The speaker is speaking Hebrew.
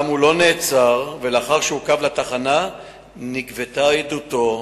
אולם הוא לא נעצר, ולאחר שנגבתה עדותו,